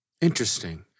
Interesting